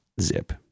zip